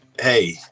hey